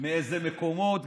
גם מאיזה מקומות.